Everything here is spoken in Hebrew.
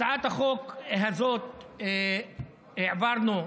הצעת החוק הזאת העברנו אותה,